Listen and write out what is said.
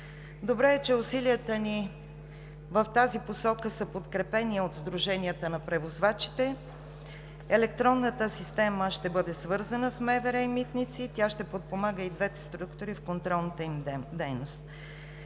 Добре е, че усилията ни в тази посока са подкрепени от сдруженията на превозвачите. Електронната система ще бъде свързана с Министерството на вътрешните работи и Митници. Тя ще подпомага и двете структури в контролната им дейност.